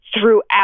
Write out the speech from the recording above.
throughout